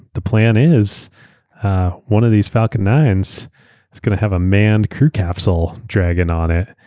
the plan is one of these falcon nine s is going to have a manned crew capsule dragon on it.